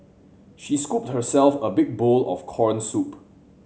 she scooped herself a big bowl of corn soup